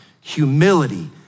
humility